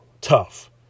tough